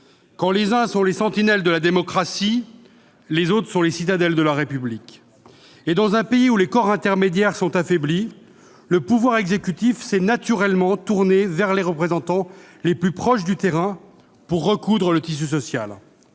Quand les uns sont les sentinelles de la démocratie, les autres sont les citadelles de la République, et, dans un pays où les corps intermédiaires sont affaiblis, le pouvoir exécutif s'est naturellement tourné vers les représentants les plus proches du terrain pour recoudre le tissu social.